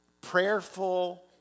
prayerful